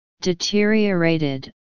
deteriorated